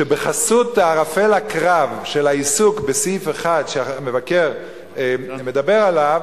שבחסות ערפל הקרב של העיסוק בסעיף אחד שהמבקר מדבר עליו,